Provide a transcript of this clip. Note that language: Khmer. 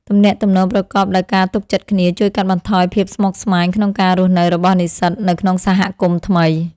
ទំនាក់ទំនងប្រកបដោយការទុកចិត្តគ្នាជួយកាត់បន្ថយភាពស្មុគស្មាញក្នុងការរស់នៅរបស់និស្សិតនៅក្នុងសហគមន៍ថ្មី។